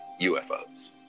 ufos